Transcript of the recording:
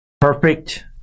Perfect